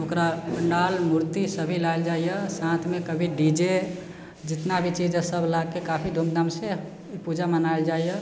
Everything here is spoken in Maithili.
ओकरा पण्डाल मूर्ति सभी लाएल जाइए साथमे कभी डी जे जतना भी चीज हइ सब लाके काफी धूमधामसँ ई पूजा मनाएल जाइए